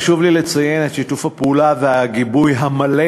חשוב לי לציין את שיתוף הפעולה והגיבוי המלא